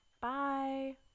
Bye